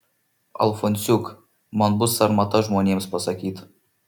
alfonsiuk man bus sarmata žmonėms pasakyt